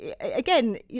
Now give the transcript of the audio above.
again